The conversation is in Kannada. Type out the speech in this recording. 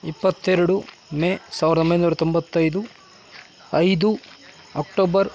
ಇಪ್ಪತ್ತೆರಡು ಮೇ ಸಾವಿರದ ಒಂಬೈನೂರ ತೊಂಬತ್ತೈದು ಐದು ಅಕ್ಟೋಬರ್